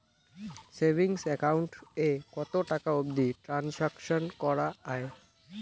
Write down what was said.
Savings account এ কতো টাকা অবধি ট্রানসাকশান করা য়ায়?